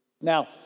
Now